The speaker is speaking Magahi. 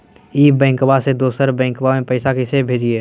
ई बैंकबा से दोसर बैंकबा में पैसा कैसे भेजिए?